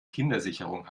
kindersicherung